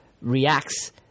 reacts